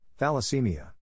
Thalassemia